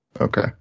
Okay